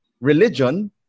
Religion